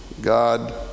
God